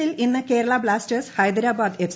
എല്ലിൽ പ്രജ്ന്ന് Kerala Blasters Hyderabad F